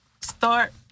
start